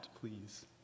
please